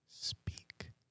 Speak